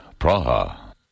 Praha